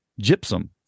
gypsum